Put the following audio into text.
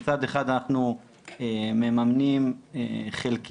מצד אחד אנחנו מממנים חלקית.